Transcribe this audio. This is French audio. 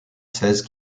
seize